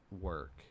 work